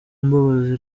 mbabazi